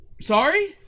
Sorry